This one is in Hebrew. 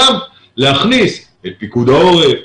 שם להכניס את פיקוד העורף,